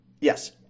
yes